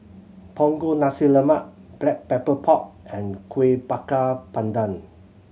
Punggol Nasi Lemak Black Pepper Pork and Kuih Bakar Pandan